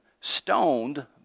stoned